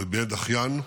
הוא איבד אחיין,